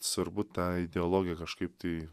svarbu tą ideologiją kažkaip tai